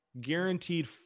Guaranteed